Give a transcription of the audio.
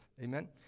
amen